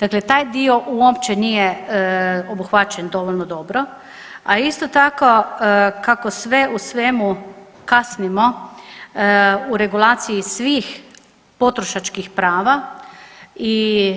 Dakle, taj dio uopće nije obuhvaćen dovoljno dobro, a isto tako kako sve u svemu kasnimo u regulaciji svih potrošačkih prava i